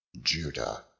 Judah